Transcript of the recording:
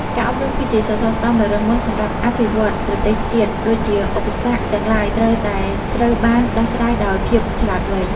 ការអប់រំ គឺ ជាសសរស្តម្ភដ៏រឹងមាំសម្រាប់អភិវឌ្ឍប្រទេសជាតិ ដូច្នេះ ឧបសគ្គទាំងឡាយត្រូវតែត្រូវបានដោះស្រាយដោយភាពឆ្លាតវៃ។